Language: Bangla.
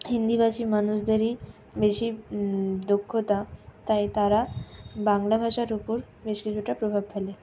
হিন্দিভাষী মানুষদেরই বেশি দক্ষতা তাই তারা বাংলা ভাষার উপর বেশ কিছুটা প্রভাব ফেলে